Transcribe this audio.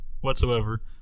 whatsoever